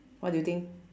what do you think